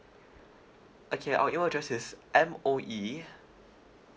okay our email address is M_O_E